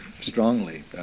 strongly